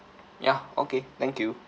ya okay thank you